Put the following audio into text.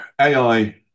AI